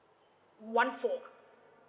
one four